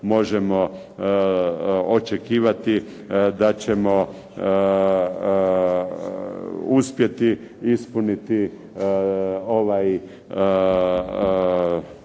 možemo očekivati da ćemo uspjeti ispuniti ovaj